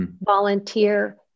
volunteer